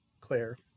Claire